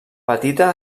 petita